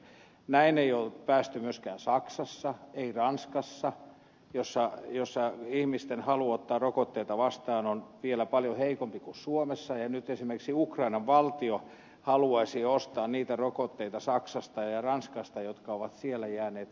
tähän ei ole päästy myöskään saksassa ei ranskassa jossa ihmisten halu ottaa rokotteita vastaan on vielä paljon heikompi kuin suomessa ja nyt esimerkiksi ukrainan valtio haluaisi ostaa niitä rokotteita saksasta ja ranskasta jotka ovat siellä jääneet käyttämättä